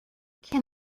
can